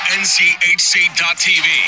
nchc.tv